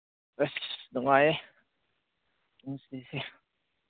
ꯑꯁ ꯅꯨꯡꯉꯥꯏꯌꯦ ꯄꯨꯟꯁꯤꯁꯦ